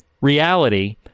reality